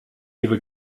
ava